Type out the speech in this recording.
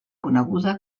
coneguda